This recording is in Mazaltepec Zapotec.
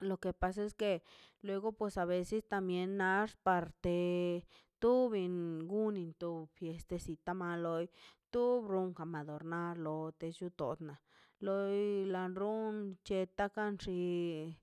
Lo que pasa es que luego pues aveces también naxpar to toben gunintofiestecita ma loi to brokan adornar lote llutona loi nan ron cheta kan xi chie